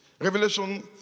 Revelation